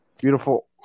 beautiful